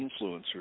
influencers